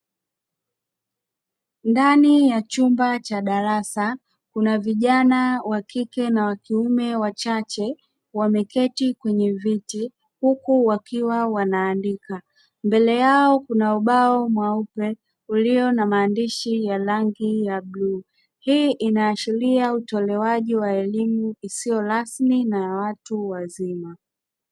Ndani ya chumba cha darasa kuna vijana wakike na wakiume wachache wameketi kwenye viti huku wakiwa wanaandika, mbele yao kuna ubao mweupe ulio na maandishi ya rangi ya bluu. Hii inaashiria utolewaji wa elimu isiyo rasmi na watu wazima.